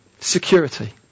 Security